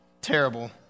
Terrible